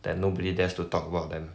that nobody dares to talk about them